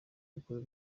bikuru